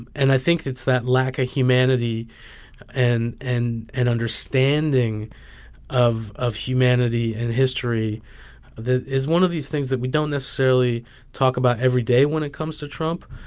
and i think it's that lack of ah humanity and and and understanding of of humanity and history that is one of these things that we don't necessarily talk about every day when it comes to trump,